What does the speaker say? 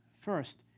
First